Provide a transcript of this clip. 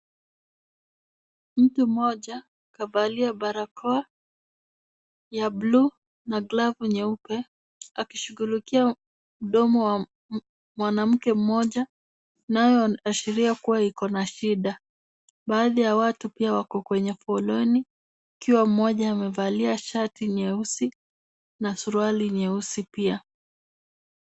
Mtu mmoja kavalia barakoa ya bluu na glavu nyeupe, akishughulikia mdomo wa mwanamke mmoja nayo ashiria kuwa iko na shida. Baadhi ya watu pia wako kwenye foleni ikiwa mmoja amevalia shati nyeusi na suruali nyeusi pia.